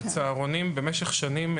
וצהרונים במשך שנים,